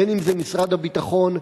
בין שזה משרד הביטחון,